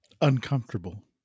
uncomfortable